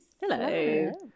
Hello